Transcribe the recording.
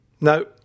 No